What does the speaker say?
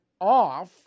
off